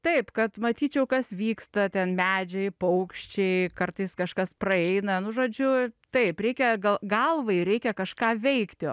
taip kad matyčiau kas vyksta ten medžiai paukščiai kartais kažkas praeina nu žodžiu taip reikia gal galvai reikia kažką veikti